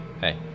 hey